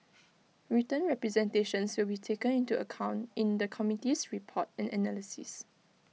written representations will be taken into account in the committee's report and analysis